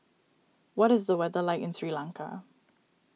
what is the weather like in Sri Lanka